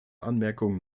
anmerkung